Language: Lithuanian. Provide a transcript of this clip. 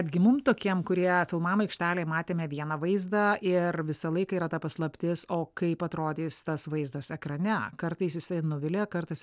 netgi mum tokiem kurie filmavo aikštelėj matėme vieną vaizdą ir visą laiką yra ta paslaptis o kaip atrodys tas vaizdas ekrane kartais jisai nuvilia kartais